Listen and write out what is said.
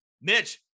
Mitch